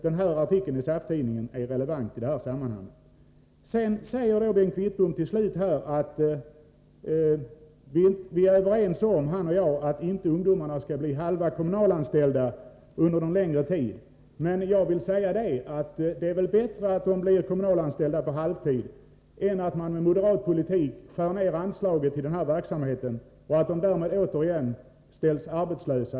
Den artikeln är nog relevant i detta sammanhang. Bengt Wittbom sade till slut att han och jag borde kunna vara överens om att ungdomarna inte skall vara halvtidsanställda kommunalarbetare under någon längre tid. Jag menar att det är bättre att ungdomarna är kommunalanställda på halvtid än att man, enligt moderat politik, skär ned anslaget till denna verksamhet och ungdomarna därmed åter blir arbetslösa.